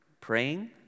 Praying